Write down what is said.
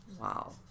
wow